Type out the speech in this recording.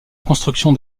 construction